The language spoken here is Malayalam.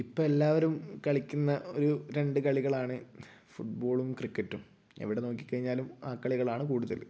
ഇപ്പം എല്ലാവരും കളിക്കുന്ന ഒരു രണ്ട് കളികളാണ് ഫുട്ബോളും ക്രിക്കറ്റും എവിടെ നോക്കി കഴിഞ്ഞാലും ആ കളികളാണ് കൂടുതലും